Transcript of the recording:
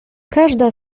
każda